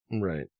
Right